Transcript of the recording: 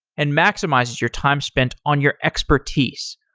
and maximizes your time spent on your expertise.